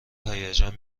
هیجان